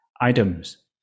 items